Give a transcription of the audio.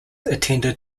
attended